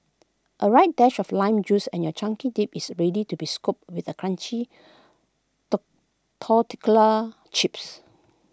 A right dash of lime juice and your chunky dip is ready to be scooped with crunchy tortilla chips